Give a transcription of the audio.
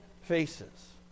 faces